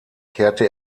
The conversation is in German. kehrte